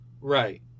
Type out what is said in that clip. Right